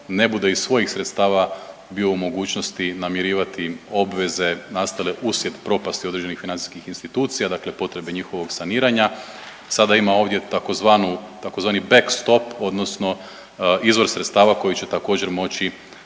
ne bude iz svojih sredstava bio u mogućnosti namirivati obveze nastale uslijed propasti određenih financijskih institucija, dakle potrebe njihovog saniranja. Sada ima ovdje tzv. back stop odnosno izvor sredstava koji će također moći